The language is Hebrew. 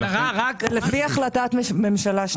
לפי החלטת ממשלה.